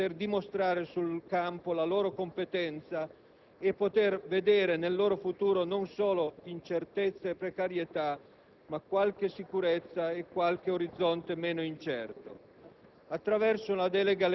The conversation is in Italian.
la possibilità di dimostrare sul campo la loro competenza e di poter vedere nel loro futuro non solo incertezza e precarietà, ma anche qualche sicurezza e orizzonti meno incerti.